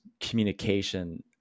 communication